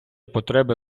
потреби